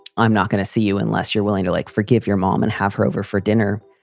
i'm not going to see you unless you're willing to like forgive your mom and have her over for dinner.